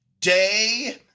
day